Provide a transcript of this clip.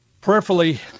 Prayerfully